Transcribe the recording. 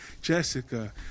Jessica